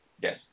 Yes